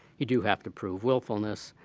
you do have to prove willfulness.